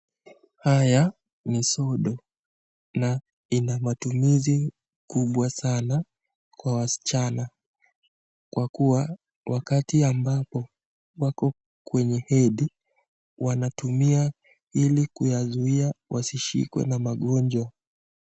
Haya ni sodo, na yana matumizi kubwa sanaa kwa wasichana, kwa kuwa wakati wako kwenye hedhi wanatumia ili kuwazuia wasishikwe na magonjwa.